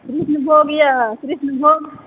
कृष्णभोग यए कृष्णभोग